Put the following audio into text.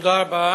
תודה רבה.